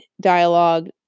dialogue